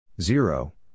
Zero